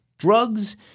Drugs